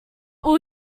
will